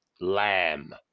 lamb